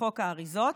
בחוק האריזות.